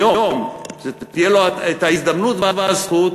היום, תהיה לו ההזדמנות והזכות